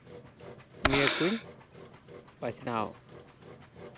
ᱱᱤᱭᱟᱹ ᱠᱩᱧ ᱵᱟᱪᱷᱱᱟᱣ